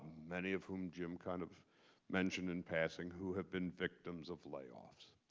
many of whom jim kind of mentioned in passing who have been victims of layoffs.